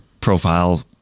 profile